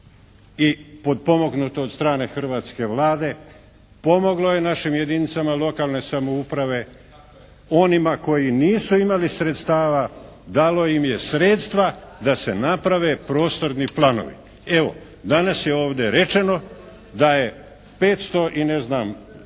i potpomognuto od strane hrvatske Vlade pomoglo je našim jedinicama lokalne samouprave, onima koji nisu imali sredstava dalo im je sredstva da se naprave prostorni planovi. Evo danas je ovdje rečeno da je 520 prostornih